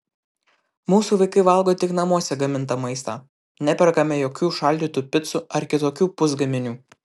mūsų vaikai valgo tik namuose gamintą maistą neperkame jokių šaldytų picų ar kitokių pusgaminių